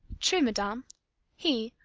true, madam he,